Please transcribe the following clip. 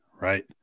right